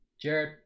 Jared